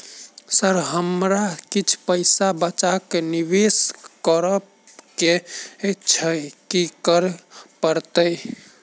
Sir हमरा किछ पैसा बचा कऽ निवेश करऽ केँ छैय की करऽ परतै?